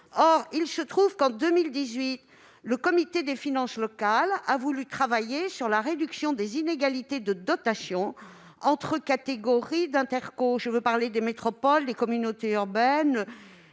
! Il se trouve que, en 2018, le comité des finances locales a voulu travailler sur la réduction des inégalités de dotations entre catégories d'intercommunalités, à savoir les métropoles, les communautés urbaines,